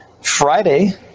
Friday